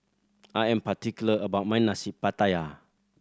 I am particular about my Nasi Pattaya